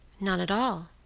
none at all,